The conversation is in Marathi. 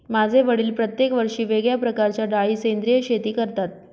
माझे वडील प्रत्येक वर्षी वेगळ्या प्रकारच्या डाळी सेंद्रिय शेती करतात